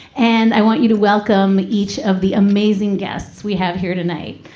and i want you to welcome each of the amazing guests we have here tonight.